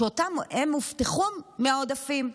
והם הובטחו מהעודפים.